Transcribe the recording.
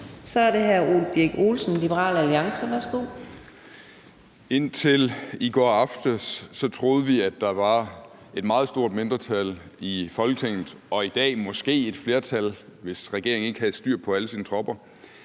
15:17 Ole Birk Olesen (LA): Indtil i går aftes troede vi, at der var et meget stort mindretal i Folketinget og i dag måske et flertal, hvis regeringen ikke havde styr på alle sine tropper,